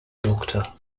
doctor